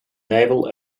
naval